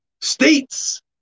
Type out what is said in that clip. states